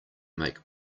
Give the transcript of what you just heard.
make